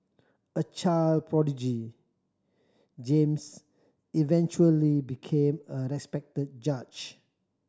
a child prodigy James eventually became a respected judge